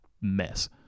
mess